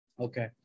Okay